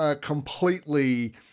completely